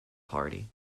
party